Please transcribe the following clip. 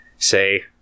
Say